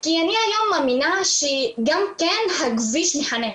כי אני היום מאמינה שגם הכביש מחנך.